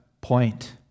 point